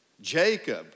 Jacob